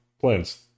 plans